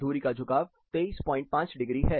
धुरी का झुकाव 235° है